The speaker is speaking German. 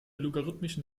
logarithmischen